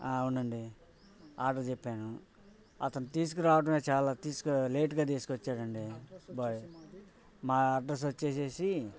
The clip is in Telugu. అవునండి ఆర్డర్ చెప్పాను అతను తీసుకురావడమే చాలా తీస్కు లేటుగా తీసుకొచ్చాడండి బాయ్ మా అడ్రస్ వచ్చేసేసి